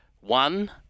One